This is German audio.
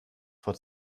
vor